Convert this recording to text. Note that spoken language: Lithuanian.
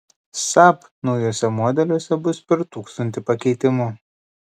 saab naujuose modeliuose bus per tūkstantį pakeitimų